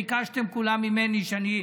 ביקשתם כולם ממני שאני,